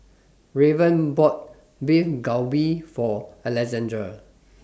Raven bought Beef Galbi For Alexandr